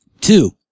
Two